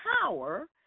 power